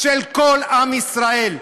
של כל עם ישראל.